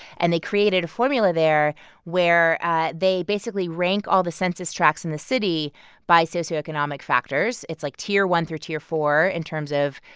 and they created a formula there where they basically rank all the census tracts in the city by socio-economic factors. it's, like, tier one through tier four in terms of,